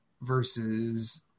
versus